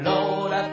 Lord